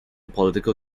political